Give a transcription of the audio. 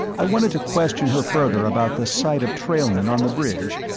i wanted to question her further about the sight of trailmen on the bridge,